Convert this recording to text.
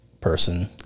person